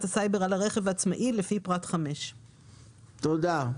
הסייבר על הרכב העצמאי לפי פרט 5. תודה.